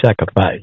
sacrifice